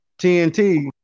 TNT